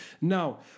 Now